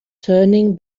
turning